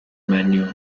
manuals